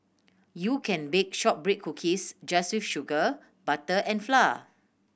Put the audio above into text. you can bake shortbread cookies just with sugar butter and flour